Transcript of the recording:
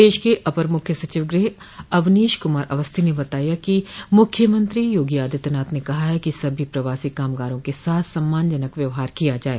प्रदेश के अपर मुख्य सचिव गृह अवनोश कुमार अवस्थी ने बताया है कि मुख्यमंत्री योगी आदित्यनाथ ने कहा है कि सभी प्रवासी कामगारों के साथ सम्मान जनक व्यवहार किया जाये